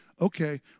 okay